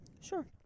sure